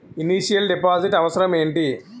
Initial deposit అవసరం ఏమిటి?